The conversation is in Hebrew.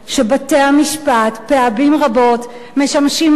שבתי-המשפט פעמים רבות משמשים מעין